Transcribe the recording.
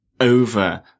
over